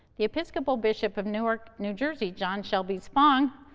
the episcopal bishop of newark, new jersey, john shelby spong,